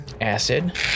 acid